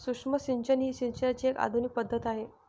सूक्ष्म सिंचन ही सिंचनाची एक आधुनिक पद्धत आहे